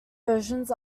versions